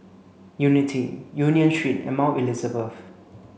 Unity Union Street and Mount Elizabeth